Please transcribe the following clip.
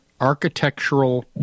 Architectural